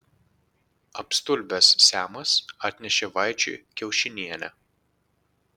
apstulbęs semas atnešė vaičiui kiaušinienę